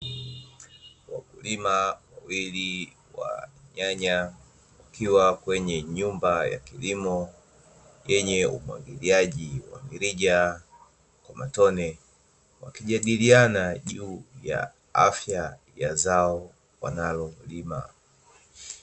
Wakulima wawili wa nyanya, wakiwa kwenye nyumba ya kilimo yenye umwagiliaji wa mirija kwa matone, wakijadiliana juu ya afya ya zao wanalolima.